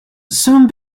soon